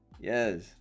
yes